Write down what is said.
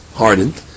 hardened